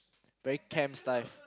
very camp's stuff